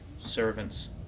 servants